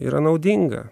yra naudinga